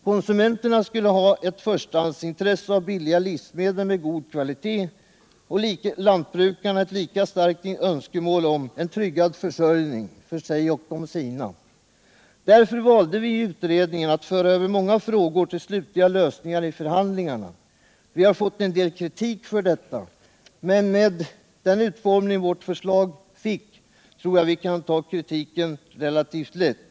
Konsumenterna skulle ha ett förstahandsintresse av billiga livsmedel av god kvalitet och lantbrukarna ett lika starkt önskemål om en tryggad försörjning för sig och de sina. Därför valde vi i utredningen att föra över många frågor till slutlig lösning i förhandlingarna. Vi har fått en del kritik för detta, men med den utformning vårt förslag fick tror jag vi kan ta kritiken relativt lätt.